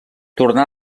tornà